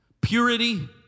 Purity